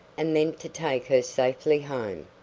and then to take her safely home.